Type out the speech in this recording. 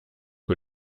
que